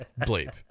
bleep